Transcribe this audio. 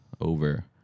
over